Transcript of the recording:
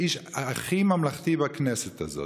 האיש הכי ממלכתי בכנסת הזאת,